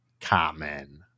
common